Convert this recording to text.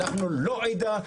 אנחנו לא עדה,